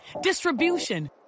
distribution